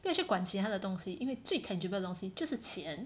不要去管其他的东西因为最 tangible 的东西就是钱